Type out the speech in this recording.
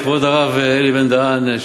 כבוד הרב אלי בן-דהן,